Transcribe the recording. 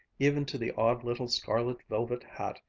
even to the odd little scarlet velvet hat,